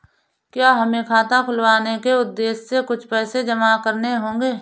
क्या हमें खाता खुलवाने के उद्देश्य से कुछ पैसे जमा करने होंगे?